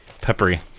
Peppery